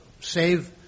save